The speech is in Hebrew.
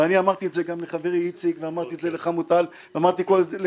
ואני אמרתי גם לחברי איציק ואמרתי את זה לחמוטל,